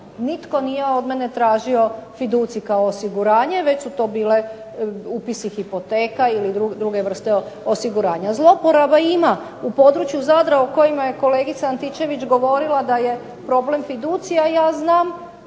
nikada nije od mene tražio fiducij kao osiguranje već su to bili upisi hipoteka ili druge vrste osiguranja. Zloporaba ima i u području Zadra o kojima je govorila kolegica Antičević govorila da je problem fiducija, ja znam